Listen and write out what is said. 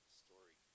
story